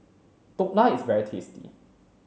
Dhokla is very tasty